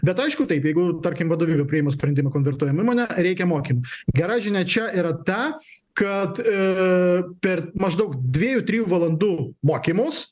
bet aišku taip jeigu tarkim vadovybė priima sprendimą konvertuojam įmonę reikiama mokymų gera žinia čia yra ta kad ir per maždaug dviejų trijų valandų mokymus